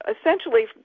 essentially